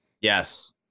Yes